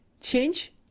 change